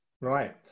right